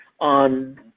on